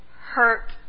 hurt